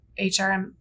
HRM